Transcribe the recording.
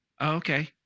Okay